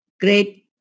great